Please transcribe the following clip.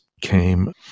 came